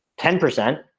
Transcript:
ten percent